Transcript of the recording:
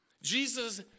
Jesus